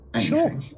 Sure